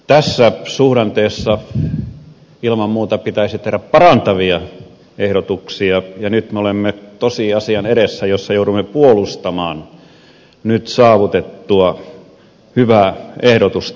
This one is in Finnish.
tässä suhdanteessa ilman muuta pitäisi tehdä parantavia ehdotuksia ja nyt me olemme sen tosiasian edessä että joudumme puolustamaan nyt saavutettua hyvää ehdotusta